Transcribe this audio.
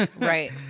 right